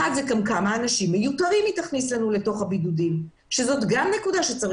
אחד ההיבטים הוא האנשים המיותרים שייכנסו לבידוד בגלל הטכנולוגיה.